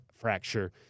fracture